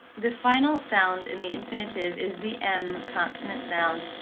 the final sound in the infinitive is the m consonant sound,